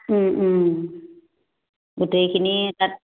গোটেইখিনি তাত